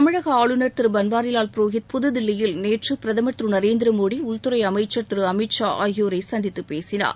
தமிழக ஆளுநர் திரு பன்வாரி வால் புரோஹித் புதுதில்லியில் நேற்று பிரதமர் திரு நரேந்திர மோடி உள்துறை அமைச்சர் திரு அமித் ஷா ஆகியோரை சந்தித்து பேசினார்